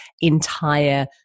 entire